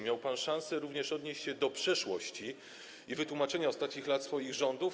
Miał pan szansę również odnieść się do przeszłości i wytłumaczyć z ostatnich lat swoich rządów.